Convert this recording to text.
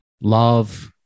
love